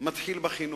מתחיל בחינוך,